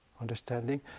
understanding